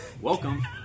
welcome